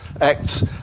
acts